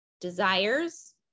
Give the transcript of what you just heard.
desires